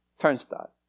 Turnstile